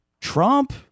Trump